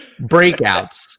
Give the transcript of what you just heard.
breakouts